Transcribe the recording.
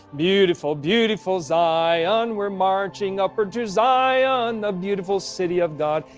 beautiful, beautiful zion. we're marching upward to zion, the beautiful city of god.